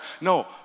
No